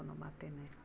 कओनो बाते नहि